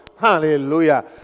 Hallelujah